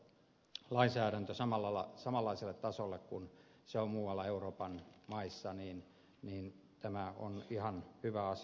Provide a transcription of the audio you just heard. ja kun me saamme vielä maahanmuuttolainsäädännön samanlaiselle tasolle kuin se on muualla euroopan maissa niin tämä on ihan hyvä asia